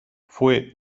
fue